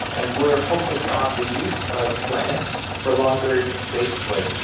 and we are focused on the use of plants for long-duration spaceflight,